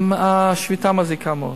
השביתה מזיקה מאוד,